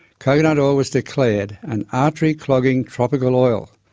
coconut oil was declared an artery-clogging tropical oil.